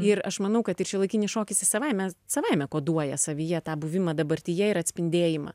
ir aš manau kad ir šiuolaikinis šokis savaime savaime koduoja savyje tą buvimą dabartyje ir atspindėjimą